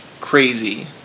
Crazy